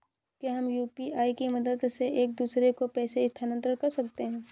क्या हम यू.पी.आई की मदद से एक दूसरे को पैसे स्थानांतरण कर सकते हैं?